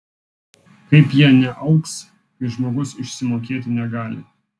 kaip jie nealks kai žmogus išsimokėti negali